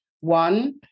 one